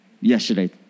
yesterday